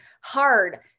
hard